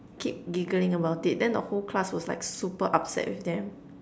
keep giggling about it then the whole class was like super upset with them